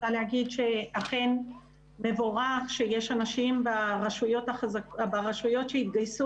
רוצה להגיד שאכן מבורך שיש אנשים ברשויות שהתגייסו